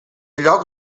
lloc